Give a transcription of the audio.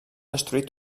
destruït